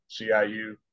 CIU